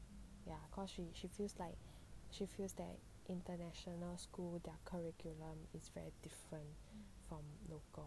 ya cause she she feels like she feels that international school their curriculum is very different from local